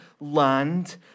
land